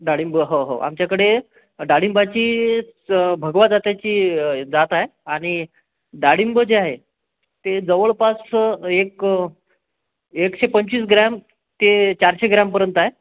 डाळिंब हो हो आमच्याकडे डाळिंबाचीच भगवा जातीची जात आहे आणि डाळिंब जे आहे ते जवळपास एक एकशे पंचेवीस ग्रॅम ते चारशे ग्रॅमपर्यंत आहे